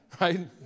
Right